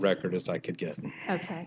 record as i could get ok